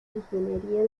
ingeniería